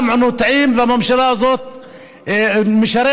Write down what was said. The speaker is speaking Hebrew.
בעולם נוטעים והממשלה הזאת משרשת.